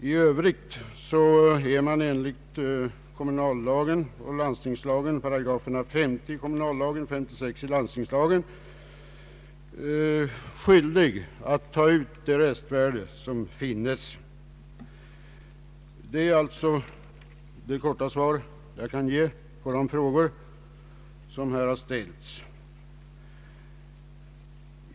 I övrigt är man enligt 50 § kommunallagen och 56 § landstingslagen skyldig att ta ut det restvärde som finnes. Detta är alltså det korta svar jag kan ge på de frågor som här har ställts.